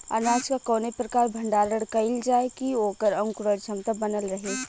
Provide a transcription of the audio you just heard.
अनाज क कवने प्रकार भण्डारण कइल जाय कि वोकर अंकुरण क्षमता बनल रहे?